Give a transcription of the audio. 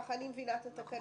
כך אני מבינה את התקנה.